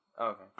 okay